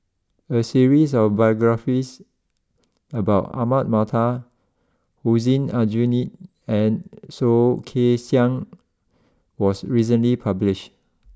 a series of biographies about Ahmad Mattar Hussein Aljunied and Soh Kay Siang was recently published